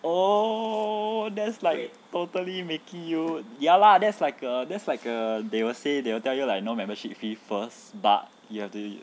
oh that's like totally making you ya lah there's like err that's err a they will say they will tell you like no membership fee first but you have to you